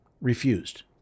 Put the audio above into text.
refused